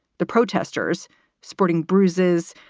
the protesters sporting bruises,